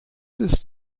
ist